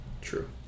True